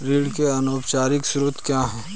ऋण के अनौपचारिक स्रोत क्या हैं?